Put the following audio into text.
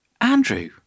Andrew